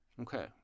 Okay